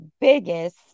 biggest